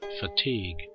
fatigue